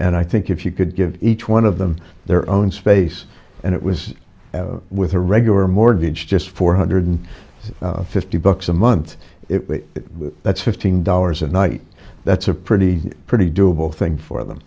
and i think if you could give each one of them their own space and it was with a regular mortgage just four hundred fifty bucks a month that's fifteen dollars a night that's a pretty pretty doable thing for them